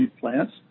plants